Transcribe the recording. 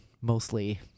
mostly